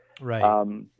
Right